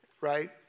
right